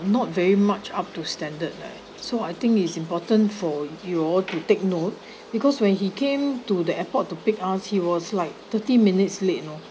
not very much up to standard leh so I think it's important for you all to take note because when he came to the airport to pick us he was like thirty minutes late you know